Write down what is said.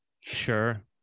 Sure